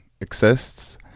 exists